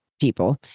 people